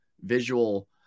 visual